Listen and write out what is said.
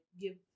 give